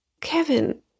Kevin